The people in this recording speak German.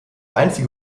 einzige